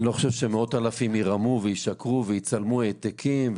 אני לא חושב שמאות אלפים ירמו וישקרו ויצלמו העתקים,